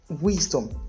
wisdom